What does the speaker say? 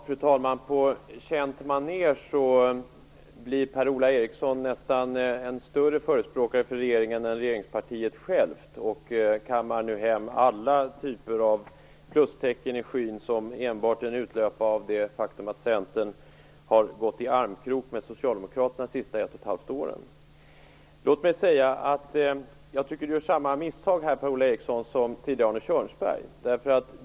Fru talman! På känt maner blir Per-Ola Eriksson nästan en större förespråkare för regeringen än regeringspartiet självt, och kammar nu hem alla typer av plustecken i skyn enbart på grund av det faktum att Centern har gått i armkrok med Socialdemokraterna under de senaste 1 1⁄2 åren. Jag tycker att Per-Ola Eriksson här gör samma misstag som tidigare Arne Kjörnsberg.